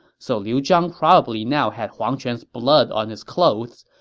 so liu zhang probably now had huang quan's blood on his clothes,